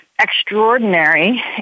extraordinary